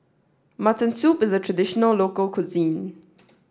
Mutton Soup is the traditional local cuisine